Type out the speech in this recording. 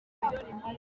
mbere